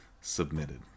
submitted